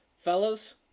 Fellas